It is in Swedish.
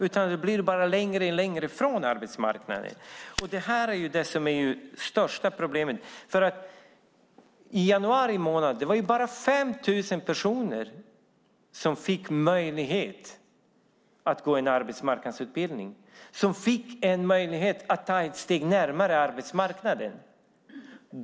Då kommer de bara längre ifrån arbetsmarknaden. Det är det största problemet. I januari månad var det bara 5 000 personer som fick möjlighet att gå en arbetsmarknadsutbildning, att ta ett steg närmare arbetsmarknaden.